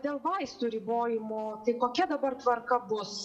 dėl vaistų ribojimo tai kokia dabar tvarka bus